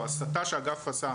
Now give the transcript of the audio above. או ההסתה שהאגף עשה